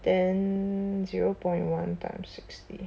ten zero point one times sixty